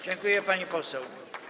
Dziękuję, pani poseł.